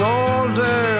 older